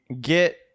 get